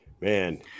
man